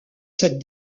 cette